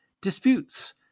disputes